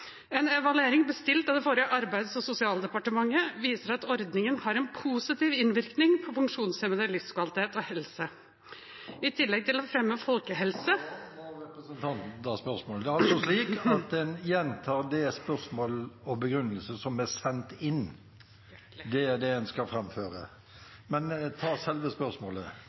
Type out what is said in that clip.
En evaluering bestilt av det forrige Arbeids- og sosialdepartementet viser at ordningen har en positiv innvirkning på funksjonshemmedes livskvalitet og helse. I tillegg til å fremme folkehelse ... Nå må representanten ta spørsmålet. Det er altså slik at en gjentar det spørsmålet og den begrunnelsen som ble sendt inn. Det er det en skal framføre. Men ta selve spørsmålet.